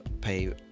pay